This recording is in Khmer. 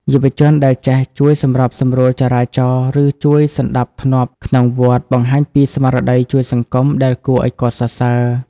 យុវជនដែលចេះ "ជួយសម្របសម្រួលចរាចរណ៍" ឬជួយសណ្ដាប់ធ្នាប់ក្នុងវត្ត បង្ហាញពីស្មារតីជួយសង្គមដែលគួរឱ្យកោតសរសើរ។